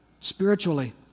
spiritually